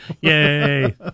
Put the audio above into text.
Yay